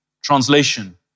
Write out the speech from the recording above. translation